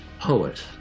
Poet